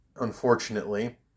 Unfortunately